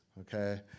Okay